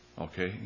Okay